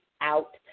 out